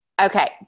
Okay